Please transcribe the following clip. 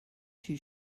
too